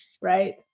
right